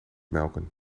melken